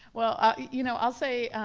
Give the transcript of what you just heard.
well ah you know i'll say,